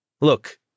Look